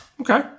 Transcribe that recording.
Okay